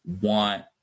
want